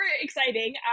exciting